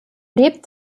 lebt